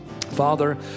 Father